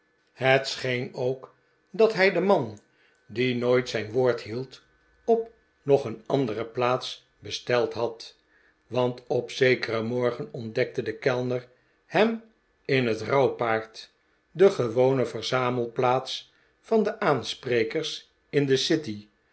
het scheen ook dat hij den man die nooit zijn woord hield op nog een andere plaats besteld had want op zekeren morgen ontdekte de kellner hem in het rouwpaard de gewone verzamelplaats van de aansprekers in de city